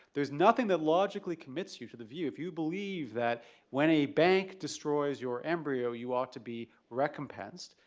there's nothing that logically commits you to the view, if you believe that when a bank destroys your embryo you ought to be recompense,